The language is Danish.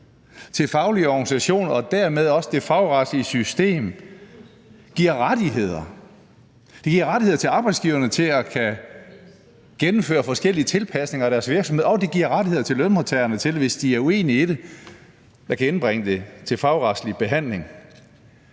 til faglige organisationer og dermed også det fagretlige system giver rettigheder. Det giver rettigheder til arbejdsgiverne til at kunne gennemføre forskellige tilpasninger af deres virksomhed, og det giver lønmodtagerne rettigheder til, hvis de er uenige i det, at kunne indbringe det til fagretslig behandling.